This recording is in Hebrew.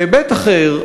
בהיבט אחר,